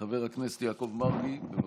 חבר הכנסת יעקב מרגי, בבקשה.